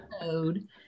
code